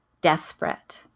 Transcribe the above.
desperate